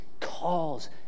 calls